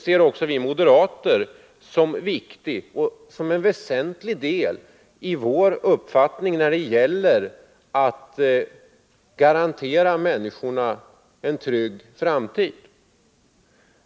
För oss moderater är den uppgiften en väsentlig del när det gäller att garantera människorna en trygg framtid.